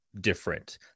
different